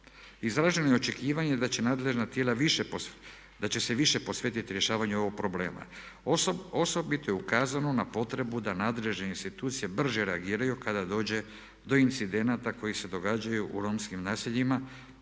nadležna tijela više, da će se više posvetiti rješavanju ovog problema. Osobito je ukazano na potrebu da nadležne institucije brže reagiraju kada dođe do incidenata koji se događaju u romskim naseljima